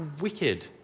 wicked